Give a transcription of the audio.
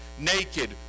naked